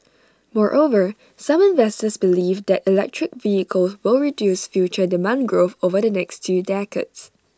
moreover some investors believe that electric vehicles will reduce future demand growth over the next two decades